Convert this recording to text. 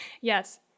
Yes